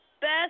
best